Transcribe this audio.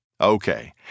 Okay